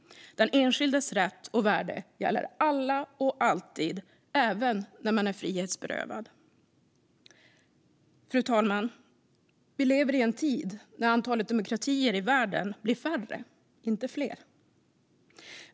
Den enskildes rätt och värde gäller alla och alltid, även när man är frihetsberövad. Fru talman! Vi lever i en tid när antalet demokratier i världen blir färre, inte fler.